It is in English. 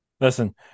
Listen